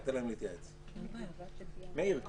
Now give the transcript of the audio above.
אני רק